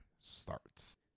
starts